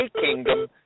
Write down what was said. kingdom